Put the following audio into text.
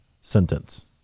sentence